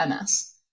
MS